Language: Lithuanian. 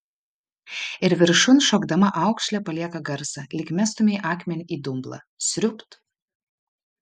ir viršun šokdama aukšlė palieka garsą lyg mestumei akmenį į dumblą sriubt